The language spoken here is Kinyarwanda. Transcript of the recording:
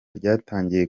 ryatangiye